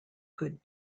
good